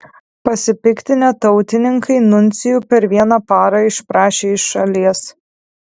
pasipiktinę tautininkai nuncijų per vieną parą išprašė iš šalies